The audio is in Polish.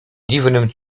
dziwnym